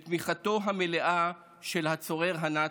בתמיכתו המלאה של הצורר הנאצי.